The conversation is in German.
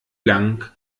lang